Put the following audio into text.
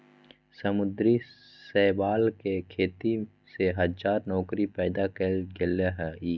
समुद्री शैवाल के खेती से हजार नौकरी पैदा कइल गेल हइ